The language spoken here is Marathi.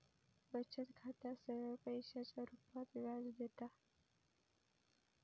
बचत खाता सरळ पैशाच्या रुपात व्याज देता